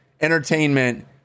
entertainment